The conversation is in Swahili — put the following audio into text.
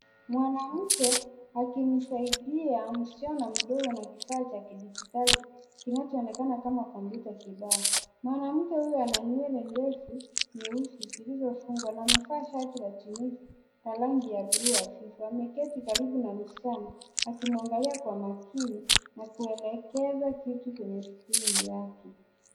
Mwanamke akimsaidia msichana mdogo na kifaa cha kidijitali kinachoonekana kama kompyuta kibao. Mwanamke huyo ana nywele ndefu nyeusi zilizofungwa na amevaa shati la rangi ya bluu hafifu. Ameketi karibu na mschana akimwangalia kwa makini na kuelekeza kitu kwenye skrini yake.